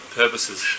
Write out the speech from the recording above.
purposes